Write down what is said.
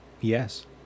Yes